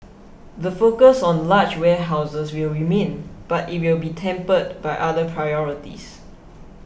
the focus on large warehouses will remain but it will be tempered by other priorities